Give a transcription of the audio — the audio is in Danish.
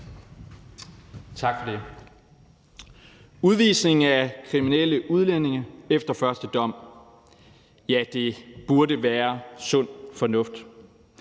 Tak for det. Udvisning af kriminelle udlændinge efter første dom – ja, det burde være sund fornuft.